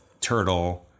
Turtle